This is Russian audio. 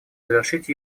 завершить